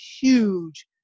huge